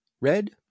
Red